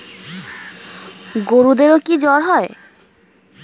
গরুদেরও কি জ্বর হয়?